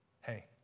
hey